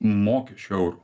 mokesčių eurų